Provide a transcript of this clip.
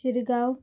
Shirgaon